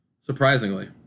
Surprisingly